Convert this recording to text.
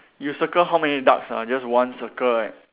you circle how many ducks ah just one circle right